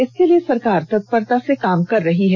इसके लिए सरकार तत्परता से काम कर रही है